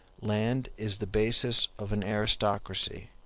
land is the basis of an aristocracy,